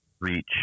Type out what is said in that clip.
reach